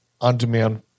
on-demand